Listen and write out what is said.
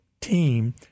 team